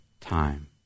time